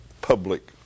public